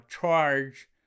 charge